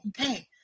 okay